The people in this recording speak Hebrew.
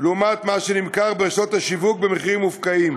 לעומת המכירה ברשתות השיווק במחירים מופקעים.